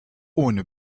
ohne